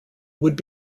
would